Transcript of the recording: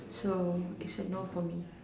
so it's a no for me